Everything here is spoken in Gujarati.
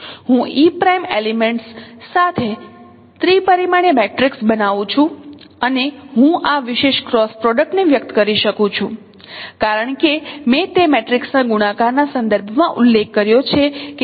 હું e' એલિમેન્ટ્સ સાથે ત્રિ પરિમાણીય મેટ્રિક્સ બનાવું છું અને હું આ વિશેષ ક્રોસ પ્રોડક્ટ ને વ્યક્ત કરી શકું છું કારણ કે મેં તે મેટ્રિક્સના ગુણાકાર ના સંદર્ભ માં ઉલ્લેખ કર્યો છે કે